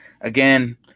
again